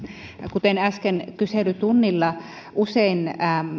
kuten äsken kyselytunnilla usein